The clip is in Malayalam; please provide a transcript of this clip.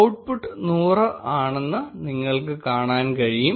ഔട്ട്പുട്ട് 100 ആണെന്ന് നിങ്ങൾക്ക് കാണാൻ കഴിയും